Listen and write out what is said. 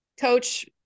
coach